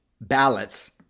ballots